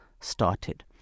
started